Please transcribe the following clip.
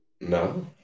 No